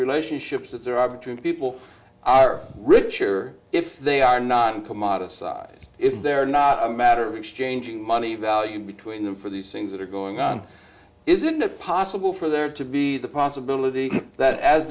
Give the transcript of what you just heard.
relationships that there are between people are richer if they are not commodities side if they're not a matter of exchanging money value between them for these things that are going on is it possible for there to be the possibility that as